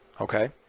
Okay